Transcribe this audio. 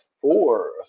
four